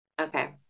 Okay